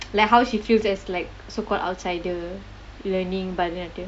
like how she feels as like so called outsider learning bharathanatyam